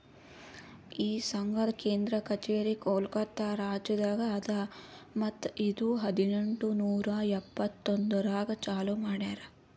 ಈ ಸಂಘದ್ ಕೇಂದ್ರ ಕಚೇರಿ ಕೋಲ್ಕತಾ ರಾಜ್ಯದಾಗ್ ಅದಾ ಮತ್ತ ಇದು ಹದಿನೆಂಟು ನೂರಾ ಎಂಬತ್ತೊಂದರಾಗ್ ಚಾಲೂ ಮಾಡ್ಯಾರ್